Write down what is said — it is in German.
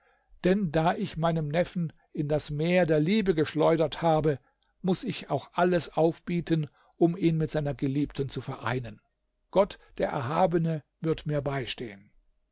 denn da ich meinen neffen in das meer der liebe geschleudert habe muß ich auch alles aufbieten um ihn mit seiner geliebten zu vereinen gott der erhabene wird mir beistehen